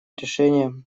решение